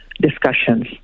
discussions